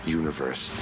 universe